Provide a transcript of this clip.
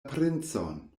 princon